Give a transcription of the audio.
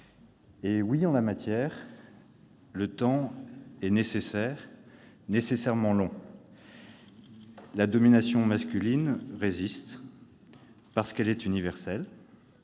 en 1974. En la matière, le temps est nécessaire, et nécessairement long. La domination masculine résiste parce qu'elle est universelle.